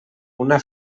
una